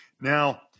Now